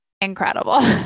incredible